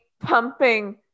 pumping